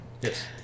Yes